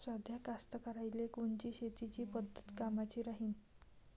साध्या कास्तकाराइले कोनची शेतीची पद्धत कामाची राहीन?